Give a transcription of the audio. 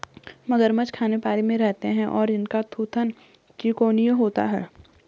मगरमच्छ खारे पानी में रहते हैं और इनका थूथन त्रिकोणीय होता है